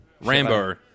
Rambo